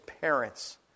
parents